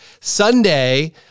Sunday